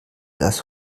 das